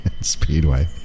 Speedway